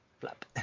Flap